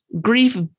Grief